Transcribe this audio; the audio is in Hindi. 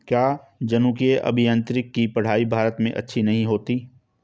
क्या जनुकीय अभियांत्रिकी की पढ़ाई भारत में अच्छी नहीं होती?